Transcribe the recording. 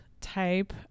type